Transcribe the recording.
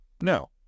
No